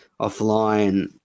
offline